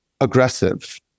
aggressive